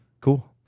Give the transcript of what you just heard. Cool